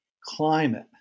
climate